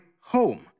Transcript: home